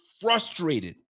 frustrated